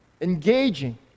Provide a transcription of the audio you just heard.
engaging